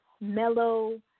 mellow